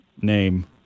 name